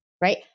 right